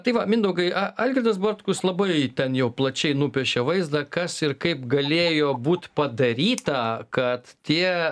tai va mindaugai a algirdas bartkus labai ten jau plačiai nupiešė vaizdą kas ir kaip galėjo būt padaryta kad tie